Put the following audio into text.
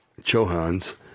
chohans